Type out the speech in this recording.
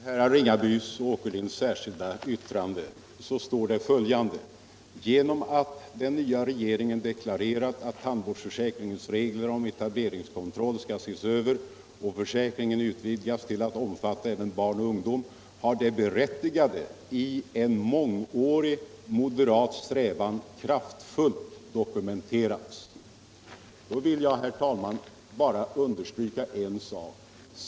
Herr talman! I herrar Ringabys och Åkerlinds särskilda yttrande står följande: ”Genom att den nva regeringen deklarerat att tandvärdsförsäkringens regler om etableringskontroll skall ses över och försäkringen utvidgas till att omfatta även barn och ungdom har det berättigade i en mångårig moderat strävan kraftfullt dokumenterats.” Då vill jag, herr talman, understryka en sak.